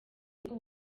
uko